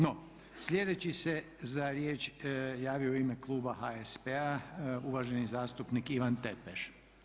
No, slijedeći se za riječ javio u ime kluba HSP-a uvaženi zastupnik Ivan Tepeš.